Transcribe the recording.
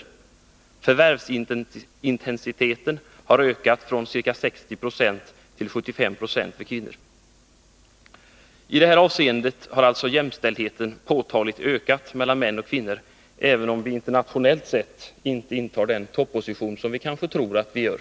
Vidare har förvärvsintensiteten för kvinnor ökat från ca 60 9 till 75 26. I detta avseende har jämställdheten mellan män och kvinnor alltså påtagligt förbättrats, även om vi inte internationellt sett intar den topposition som många kanske tror att vi har.